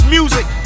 music